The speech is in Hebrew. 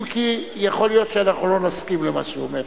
אם כי יכול להיות שאנחנו לא נסכים למה שהוא אומר.